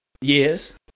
yes